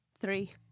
three